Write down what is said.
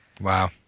Wow